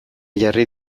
jarri